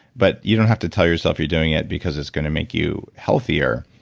but you don't have to tell yourself you're doing it because it's going to make you healthier.